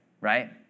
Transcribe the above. right